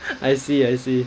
I see I see